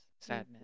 sadness